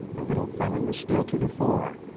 the little fellow was still to the fore.